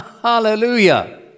Hallelujah